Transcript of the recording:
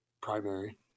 primary